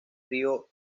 río